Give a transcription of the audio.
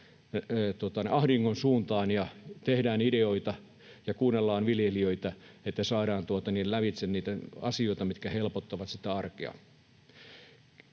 ahdingon suuntaan ja tehdään ideoita ja kuunnellaan viljelijöitä, että saadaan lävitse niitä asioita, mitkä helpottavat sitä arkea.